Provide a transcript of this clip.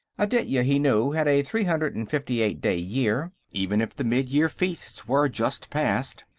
aditya, he knew, had a three hundred and fifty-eight day year even if the midyear feasts were just past,